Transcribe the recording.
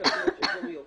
כלביות אזוריות,